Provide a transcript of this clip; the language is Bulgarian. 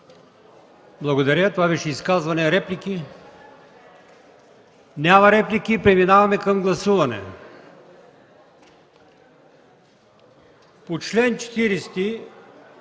Благодаря. Това беше изказване. Реплики? Няма реплики. Преминаваме към гласуване.